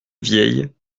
vieille